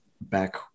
back